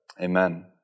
Amen